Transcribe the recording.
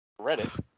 Reddit